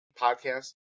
podcast